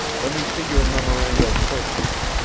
let me see your memoranda of purchases.